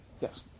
Yes